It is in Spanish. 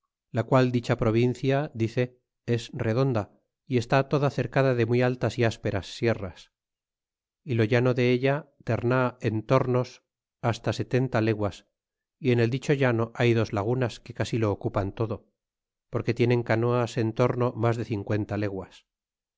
la qual dicha provincia dice es redonda y está toda cercada de muy altas y ásperas sierras y lo llano de ella tern en tornos fasta setenta leguas y en el dicho llano hay dos lagunas que casi lo ocupan todo porque tienen canoas en tomo mas de cincuenta leguas